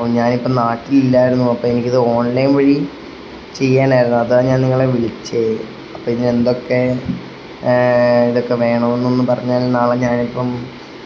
ഓ ഞാനിപ്പം നാട്ടിലില്ലായിരുന്നു അപ്പം എനിക്കിത് ഓൺലൈൻ വഴി ചെയ്യാനായിരുന്നു അതാ ഞാൻ നിങ്ങളെ വിളിച്ചത് അപ്പം ഇതിനെന്തൊക്കെ ഇതൊക്കെ വേണമെന്ന് പറഞ്ഞാൽ നാളെ ഞാനിപ്പം